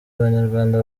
abanyarwanda